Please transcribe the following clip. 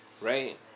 right